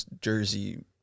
jersey